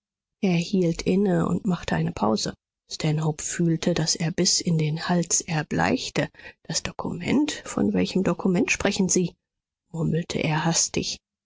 hielt inne und machte eine pause stanhope fühlte daß er bis in den hals erbleichte das dokument von welchem dokument sprechen sie murmelte er hastig